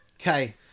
Okay